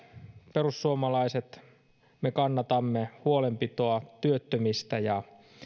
perussuomalaiset kannatamme huolenpitoa työttömistä ja